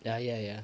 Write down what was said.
ya ya ya